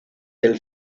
del